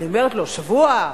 אני אומרת לו: שבוע?